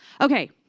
Okay